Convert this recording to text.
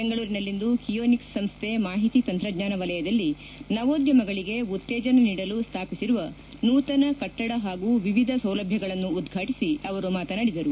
ಬೆಂಗಳೂರಿನಲ್ಲಿಂದು ಕಿಯೋನಿಕ್ಟ್ ಸಂಸ್ಥೆ ಮಾಹಿತಿ ತಂತ್ರಜ್ಞಾನ ವಲಯದಲ್ಲಿ ನವೋದ್ಯಮಗಳಿಗೆ ಉತ್ತೇಜನ ನೀಡಲು ಸ್ಥಾಪಿಸಿರುವ ನೂತನ ಕಟ್ವದ ಹಾಗೂ ವಿವಿಧ ಸೌಲಭ್ಯಗಳನ್ನು ಉದ್ವಾಟಿಸಿ ಅವರು ಮಾತನಾಡಿದರು